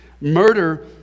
Murder